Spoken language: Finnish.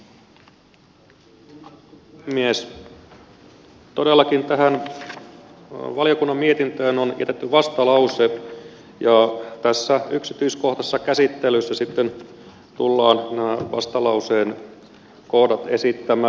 todellakin tähän valiokunnan mietintöön on jätetty vastalause ja tässä yksityiskohtaisessa käsittelyssä sitten tullaan nämä vastalauseen kohdat esittämään